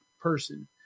person